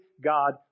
God